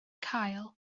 cael